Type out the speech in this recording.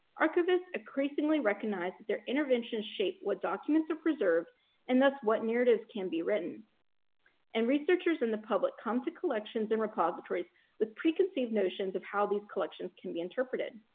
archivists increasingly recognize that their interventions shape what documents are preserved and thus what narratives can be written and researchers in the public come to collections and repositories with preconceived notions of how these collections can be interpreted